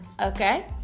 Okay